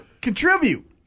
Contribute